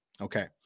Okay